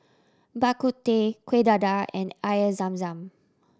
Bak Kut Teh Kuih Dadar and Air Zam Zam